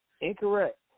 Incorrect